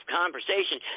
conversation